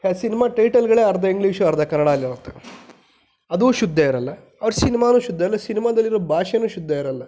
ಹೆ ಸಿನಿಮಾ ಟೈಟಲ್ಗಳೇ ಅರ್ಧ ಇಂಗ್ಲೀಷು ಅರ್ಧ ಕನ್ನಡ ಅಲ್ಲಿ ಇರುತ್ತೆ ಅದು ಶುದ್ಧ ಇರಲ್ಲ ಅವ್ರ ಸಿನಿಮಾನು ಶುದ್ಧ ಇಲ್ಲ ಸಿನಿಮಾದಲ್ಲಿರೋ ಭಾಷೆಯೂ ಶುದ್ಧ ಇರಲ್ಲ